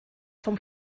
vom